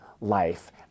life